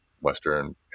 western